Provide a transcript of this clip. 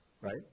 Right